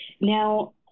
Now